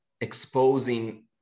exposing